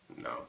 No